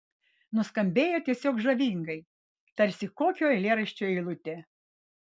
nuskambėjo tiesiog žavingai tarsi kokio eilėraščio eilutė